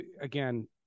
Again